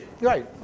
Right